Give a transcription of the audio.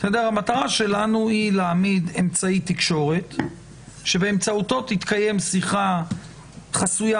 המטרה שלנו היא להעמיד אמצעי תקשורת שבאמצעותו תתקיים שיחה חסויה